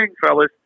fellas